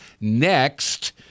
next